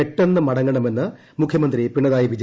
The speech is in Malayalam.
പെട്ടെന്ന് മടങ്ങണമെന്ന് മുഖ്യമന്ത്രി പിണറായിവിജയൻ